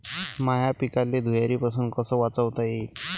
माह्या पिकाले धुयारीपासुन कस वाचवता येईन?